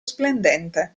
splendente